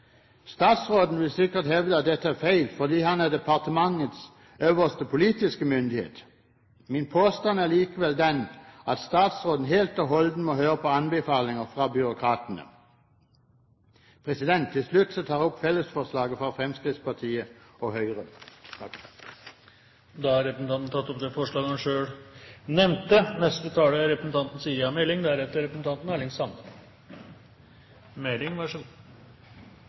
Statsråden vil sikkert hevde at dette er feil, fordi han er departementets øverste politiske myndighet. Min påstand er likevel den at statsråden helt og holdent må høre på anbefalinger fra byråkratene. Til slutt tar jeg opp forslaget fra Fremskrittspartiet og Høyre. Representanten Henning Skumsvoll har tatt opp det forslaget han refererte til. Det er